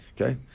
Okay